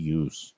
use